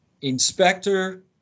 inspector